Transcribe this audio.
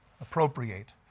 appropriate